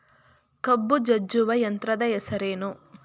ಕಬ್ಬು ಜಜ್ಜುವ ಯಂತ್ರದ ಹೆಸರೇನು?